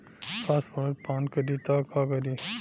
Phosphorus पान करी त का करी?